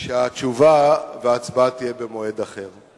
שהתשובה וההצבעה יהיו במועד אחר.